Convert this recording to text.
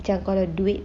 macam kalau duit